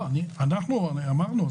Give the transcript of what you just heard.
זה